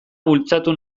bultzatu